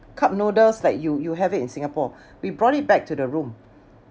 cup noodles like you you have it in Singapore we brought it back to the room